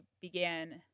began